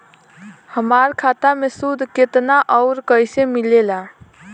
हमार खाता मे सूद केतना आउर कैसे मिलेला?